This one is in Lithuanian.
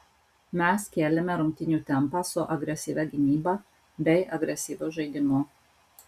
mes kėlėme rungtynių tempą su agresyvia gynyba bei agresyviu žaidimu